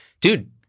Dude